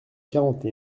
quarante